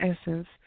essence